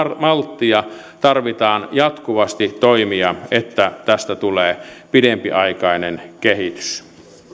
malttia tarvitaan jatkuvasti toimia että tästä tulee pidempiaikainen kehitys